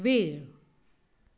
वेळ